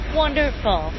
wonderful